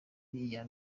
iya